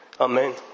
Amen